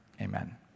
Amen